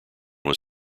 was